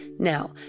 Now